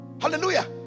hallelujah